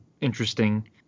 interesting